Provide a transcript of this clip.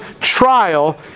trial